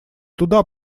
туда